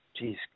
jeez